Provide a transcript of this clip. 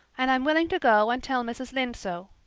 and i'm willing to go and tell mrs. lynde so.